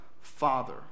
Father